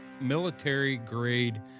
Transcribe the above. military-grade